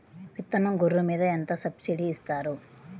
విత్తనం గొర్రు మీద ఎంత సబ్సిడీ ఇస్తారు?